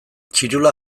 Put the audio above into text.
txirula